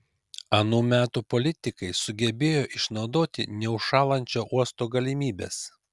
anų metų politikai sugebėjo išnaudoti neužšąlančio uosto galimybes